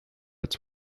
its